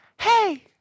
Hey